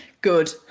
Good